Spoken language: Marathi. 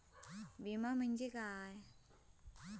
विमा म्हटल्या काय?